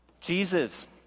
Jesus